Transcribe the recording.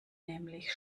nämlich